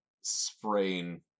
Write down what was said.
spraying